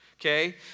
okay